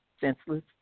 senseless